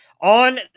On